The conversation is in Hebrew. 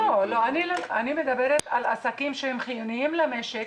אני מדברת על עסקים שהם חיוניים למשק,